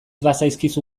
bazaizkizu